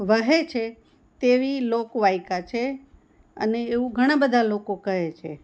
વહે છે તેવી લોકવાયકા છે અને એવું ઘણા બધા લોકો કહે છે